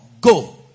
go